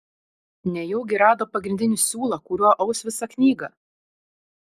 nejaugi rado pagrindinį siūlą kuriuo aus visą knygą